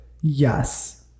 yes